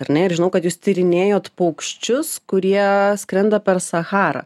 ar ne ir žinau kad jūs tyrinėjot paukščius kurie skrenda per sacharą